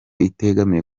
itegamiye